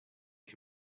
des